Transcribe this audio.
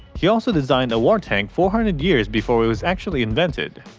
he also designed a war tank four hundred years before it was actually invented.